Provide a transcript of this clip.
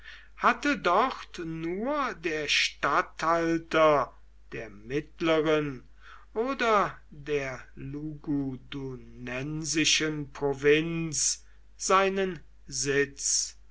hatte dort nur der statthalter der mittleren oder der lugudunensischen provinz seinen sitz